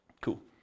Cool